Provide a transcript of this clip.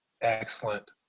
Excellent